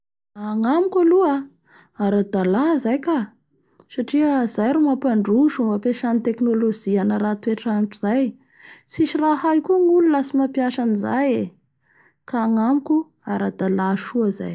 Agnamiko aloha naradala zay ka satria izay ro mamapandroso oo, fampiasa ny tekinolozia anarahy ny toetrandro zay, tsisy raha ahay koa ny olo raha tsy mampiasa anizay e. Ka agnamiko aradala soa zay.